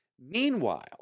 Meanwhile